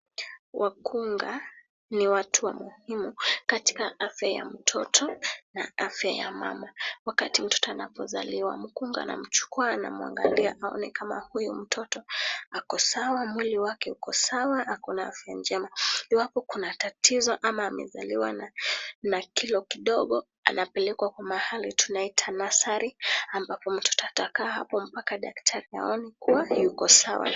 Wakunga ni watu wa muhimu katika afya ya mtoto na afya ya mama. Wakati mtoto anapozaliwa, mkunga anamchukua anamwangalia aone kama huyu mtoto ako sawa mwili wake uko sawa ako na afya njema. Iwapo kuna tatizo ama amezaliwa na kilo kidogo anapelekwa kwa mahali tunaita Nasari ambapo atakaa hapo hadi daktari waone kuwa ako sawa